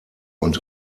und